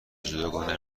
جداگانه